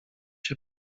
się